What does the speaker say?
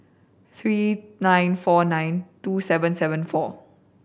three nine four nine two seven seven four